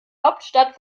hauptstadt